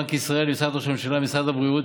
בנק ישראל, משרד ראש הממשלה, משרד הבריאות,